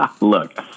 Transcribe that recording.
Look